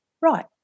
right